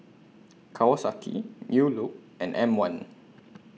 Kawasaki New Look and M one